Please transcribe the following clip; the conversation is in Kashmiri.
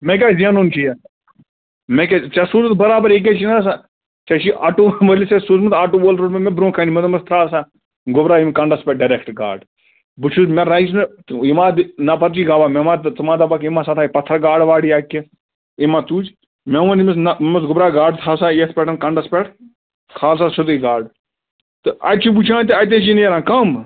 مےٚ کیٛاہ زینُن چھُ یتھ مےٚ کیٛاہ ژےٚ سوٗزُتھ برابر یہِ کیٛاہ چھُنا سا ژےٚ چھُے آٹوٗ وٲلِس اَتھِ سوٗزمُت آٹوٗ وول روٚٹمے مےٚ برٛونٛہہ کَنہِ مےٚ دوٚپمَس تھاو سا گوٚبرا یِم کَنٛڈَس پٮ۪ٹھ ڈَاریٚکٹہٕ گاڑٕ بہٕ چھُس مےٚ رَچہِ نہٕ یِم آ دِتھ نَفَر چھِی گَواہ مےٚ ما ژٕ ما دَپَکھ یٔمۍ ہَسا تھایہِ پَتھَر گاڑٕ واڑٕ یا کیٚنٛہہ أمۍ ما تُج مےٚ ووٚن أمِس نا دوٚپمَس گوٚبرا گاڑٕ تھاو سا یتھ پٮ۪ٹھ کَنٛڈَس پٮ۪ٹھ کھال سا سیوٚدُے گاڑٕ تہٕ اتہِ چھِ وُچھان تہٕ اتے چھِ نیران کم